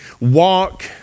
walk